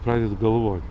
pradedi galvot